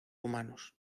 humanos